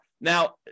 Now